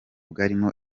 bwarimo